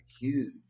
huge